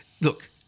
look